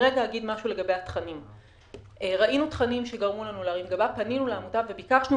אחרי שראינו תכנים שגרמו לנו להרים גבה פנינו לעמותה וביקשנו